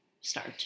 start